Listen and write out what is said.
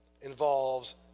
involves